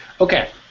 Okay